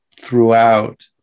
throughout